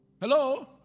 Hello